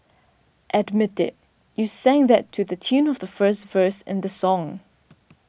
admit it you sang that to the tune of the first verse in the song